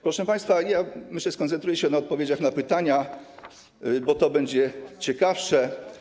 Proszę państwa, myślę, że skoncentruję się na odpowiedziach na pytania, bo to będzie ciekawsze.